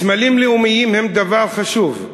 סמלים לאומיים הם דבר חשוב,